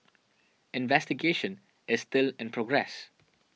investigation is still in progress